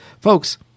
folks